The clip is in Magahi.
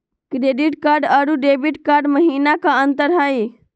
क्रेडिट कार्ड अरू डेबिट कार्ड महिना का अंतर हई?